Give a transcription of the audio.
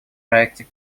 проекте